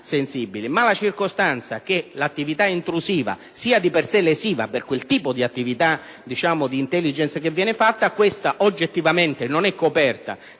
sensibili, ma la circostanza che l'attività intrusiva sia di per sé lesiva per quel tipo di attività di *intelligence* svolta oggettivamente non è contemplata